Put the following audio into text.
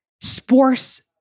Sports-